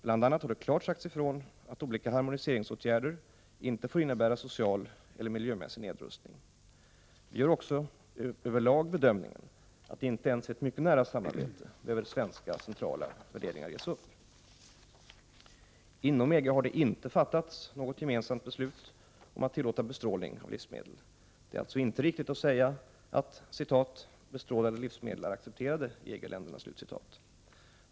Bl.a. har det klart sagts ifrån att olika harmoniseringsåtgärder inte får innebära social eller miljömässig nedrustning. Vi gör också över lag bedömningen att inte ens vid ett mycket nära samarbete behöver centrala svenska värderingar ges upp. Inom EG har det inte fattats något gemensamt beslut om att tillåta bestrålning av livsmedel. Det är alltså inte riktigt att säga att ”bestrålade livsmedel är accepterade i EG-länderna”.